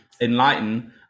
enlighten